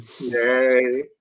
Yay